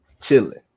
chilling